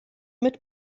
mit